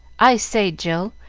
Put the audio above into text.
i say, jill,